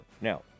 Now